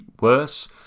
worse